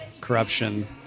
corruption